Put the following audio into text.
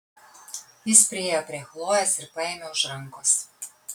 jis priėjo prie chlojės ir paėmė už rankos